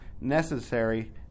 necessary